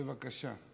בבקשה.